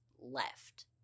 left